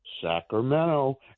Sacramento